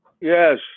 Yes